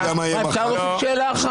--- שאלה אחת